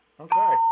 Okay